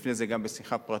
לפני כן, בשיחה פרטית,